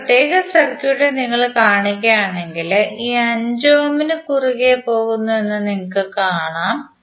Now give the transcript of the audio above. ഈ പ്രത്യേക സർക്യൂട്ട് നിങ്ങൾ കാണുകയാണെങ്കിൽ ഈ 5 ഓം കുറുകെ പോകുന്നു എന്ന് നിങ്ങൾ കാണും